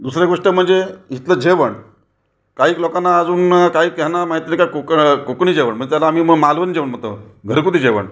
दुसरी गोष्ट म्हणजे इथलं जेवण काही लोकांना अजून काही ह्यांना माहीत का कोकण कोकणी जेवण मग त्याला आम्ही म मालवणी जेवण म्हणतो घरगुती जेवण